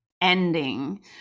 ending